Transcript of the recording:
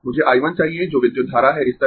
मुझे I 1 चाहिए जो विद्युत धारा है इस तरह